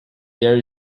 there